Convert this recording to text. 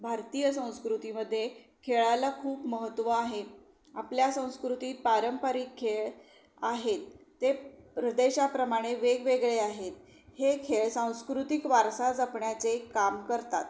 भारतीय संस्कृतीमध्ये खेळाला खूप महत्त्व आहे आपल्या संस्कृतीत पारंपरिक खेळ आहेत ते प्रदेशाप्रमाणे वेगवेगळे आहेत हे खेळ सांस्कृतिक वारसा जपण्याचे काम करतात